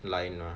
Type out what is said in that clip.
line mah